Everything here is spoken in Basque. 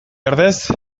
ordez